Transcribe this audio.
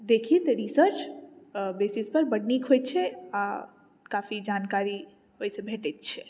देखी तऽ research basis पर बड्ड नीक होइ छै आ काफी जानकारी ओहि सऽ भेटैत छै